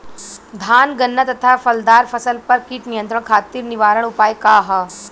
धान गन्ना तथा फलदार फसल पर कीट नियंत्रण खातीर निवारण उपाय का ह?